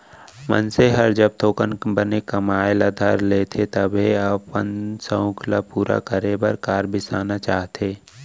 मनसे हर जब थोकन बने कमाए ल धर लेथे तभे अपन सउख ल पूरा करे बर कार बिसाना चाहथे